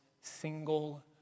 single